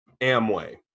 Amway